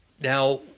Now